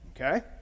Okay